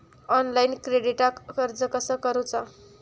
Online क्रेडिटाक अर्ज कसा करुचा?